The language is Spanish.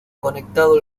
conectado